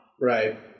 Right